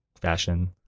fashion